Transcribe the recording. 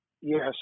Yes